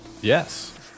Yes